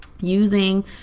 Using